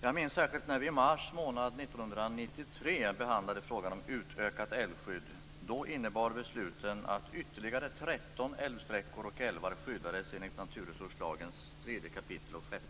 Jag minns särskilt när vi i mars månad 1993 behandlade frågan om ett utökat älvskydd. Då innebar besluten att ytterligare 13 älvsträckor och älvar skyddades enligt naturresurslagens 3 kap. § 6.